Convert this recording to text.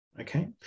Okay